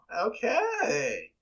Okay